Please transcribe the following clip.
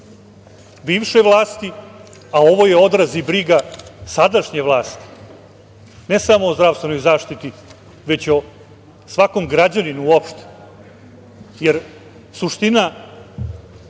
bivše vlasti, a ovo je odraz i briga sadašnje vlasti ne samo o zdravstvenoj zaštiti, već o svakom građaninu uopšte, jer suština